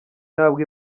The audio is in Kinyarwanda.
ntabwo